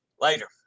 later